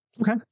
Okay